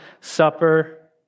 Supper